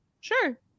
sure